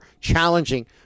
challenging